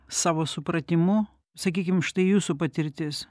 savo supratimu sakykim štai jūsų patirtis